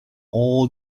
all